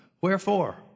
Wherefore